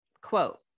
quote